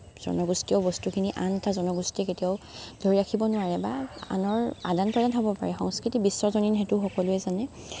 জনগোষ্ঠীয় বস্তুখিনি আন এটা জনগোষ্ঠীয়ে কেতিয়াও ধৰি ৰাখিব নোৱাৰে বা আনৰ আদান প্ৰদান হ'ব পাৰে সংস্কৃতি বিশ্বজনীন সেইটো সকলোৱে জানে